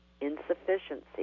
insufficiency